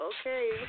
okay